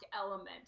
element